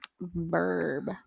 Verb